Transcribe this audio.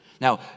Now